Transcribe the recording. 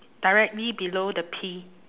directly below the P